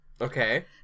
Okay